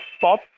pop